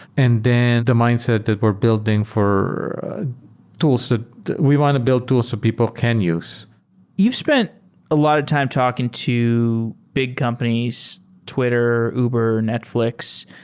and then the mindset that we're building for tools that we want to build tools that people can use you've spent a lot of time talking to big companies twitter, uber, netfl ix.